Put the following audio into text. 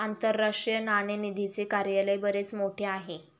आंतरराष्ट्रीय नाणेनिधीचे कार्यालय बरेच मोठे आहे